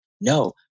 No